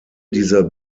dieser